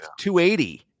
280